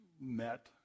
met